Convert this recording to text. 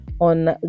on